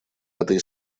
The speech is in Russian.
этой